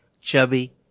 Chubby